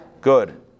good